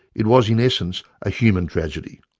it was in essence a human tragedy.